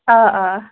آ آ